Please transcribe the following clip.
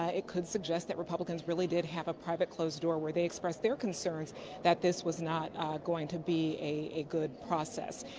ah it could suggest that republicans really did have a private closed door where they expressed their concerns that this was not going to be a good process.